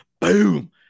boom